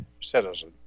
citizen